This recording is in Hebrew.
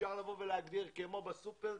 אפשר להגדיר כמו בסופר,